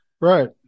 Right